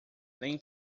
nem